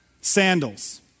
sandals